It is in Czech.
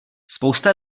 spousta